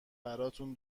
براتون